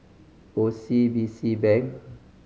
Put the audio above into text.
O C B C Bank